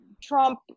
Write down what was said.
Trump